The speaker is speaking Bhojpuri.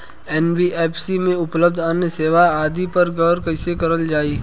एन.बी.एफ.सी में उपलब्ध अन्य सेवा आदि पर गौर कइसे करल जाइ?